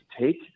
take